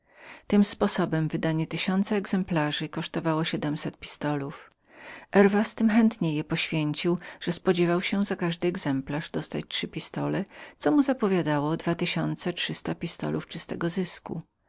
tym sposobem wydanie tysiące exemplarzy kosztowało siedmset pistolów herwas tem chętniej je poświęcił że spodziewał się za każdy exemplarz dostać trzy pistole co mu zapowiadało o dwa tysiące trzysta pistolów czystego zysku